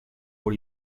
por